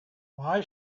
why